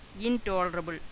intolerable